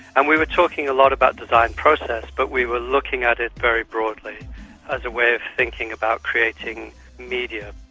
and we were talking a lot about design process but we were looking at it very broadly as a way of thinking about creating media.